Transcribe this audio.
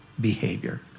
behavior